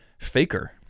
faker